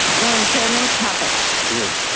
and chairman caput. here.